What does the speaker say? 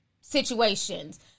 situations